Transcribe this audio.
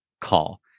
call